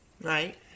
Right